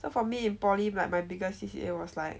so for me in poly but my biggest C_C_A was like